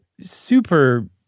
super